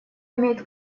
имеет